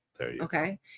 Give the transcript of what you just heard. Okay